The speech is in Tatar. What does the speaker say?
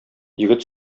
егет